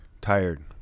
tired